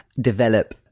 develop